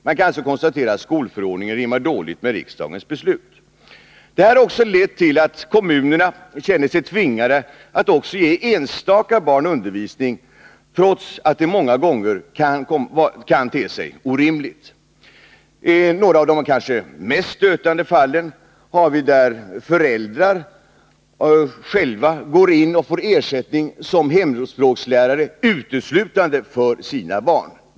Man kan alltså konstatera att skolförordningen rimmar dåligt med riksdagens beslut. Det här har också lett till att kommunerna känner sig tvingade att också ge enstaka barn undervisning trots att det många gånger kan te sig orimligt. Några av de mest stötande fallen har vi där föräldrarna själva går in och får ersättning som hemspråkslärare uteslutande för sina barn.